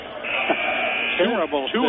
terrible